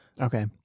Okay